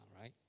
Right